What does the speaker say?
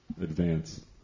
advance